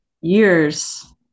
years